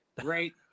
Great